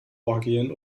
orgien